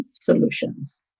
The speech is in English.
Solutions